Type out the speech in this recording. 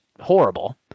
horrible